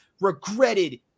regretted